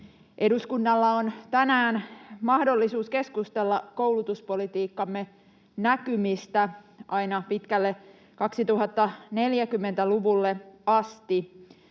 Eduskunnalla on tänään mahdollisuus keskustella koulutuspolitiikkamme näkymistä aina pitkälle 2040-luvulle asti.